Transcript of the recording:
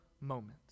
moment